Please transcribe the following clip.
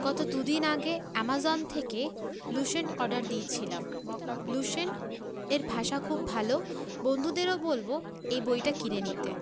গত দুদিন আগে অ্যামাজন থেকে লুসেন্ট অর্ডার দিয়েছিলাম লুসেন্ট এর ভাষা খুব ভালো বন্ধুদেরও বলবো এই বইটা কিনে নিতে